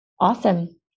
Awesome